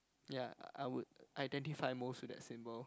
ya I I would identify most of that symbol